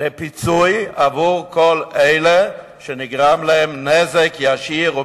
לפיצוי לכל אלה שנגרם להם נזק ישיר או